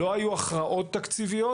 צוהריים טובים, אדוני היושב-ראש.